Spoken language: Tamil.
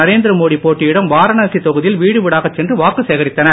நரேந்திர மோடி போட்டியிடும் வாரணாசி தொகுதியில் வீடுவீடாகச் சென்று வாக்கு சேகரித்தனர்